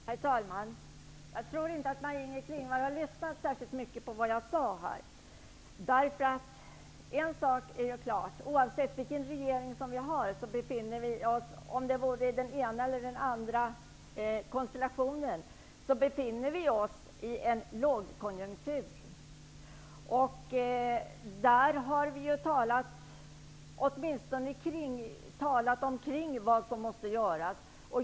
Herr talman! Jag tror inte att Maj-Inger Klingvall har lyssnat särskilt mycket på det jag sade. En sak är klar och det är att oavsett vilken regering vi har, i den ena eller den andra konstellationen, befinner vi oss i en lågkonjunktur. Vi har i varje fall talat kring vad som måste göras.